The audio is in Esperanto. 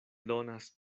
donas